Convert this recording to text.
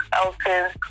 else's